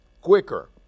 quicker